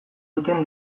duten